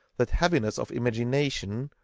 that heaviness of imagination,